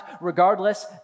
Regardless